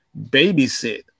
babysit